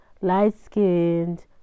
light-skinned